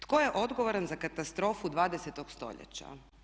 Tko je odgovoran za katastrofu 20. stoljeća?